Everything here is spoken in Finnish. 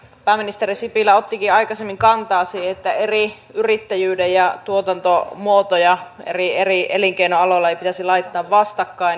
pääministeri sipilä ottikin aikaisemmin kantaa siihen että eri yrittäjyyttä ja tuotantomuotoja eri elinkeinoaloilla ei pitäisi laittaa vastakkain